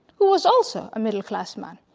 he was also a middle class man,